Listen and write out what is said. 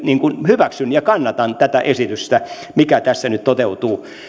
hyväksyn ja kannatan tätä esitystä mikä tässä nyt toteutuu